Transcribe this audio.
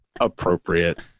appropriate